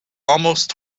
almost